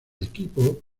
equipo